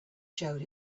showed